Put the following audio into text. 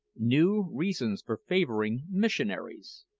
new reasons for favouring missionaries